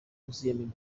yuzuyemo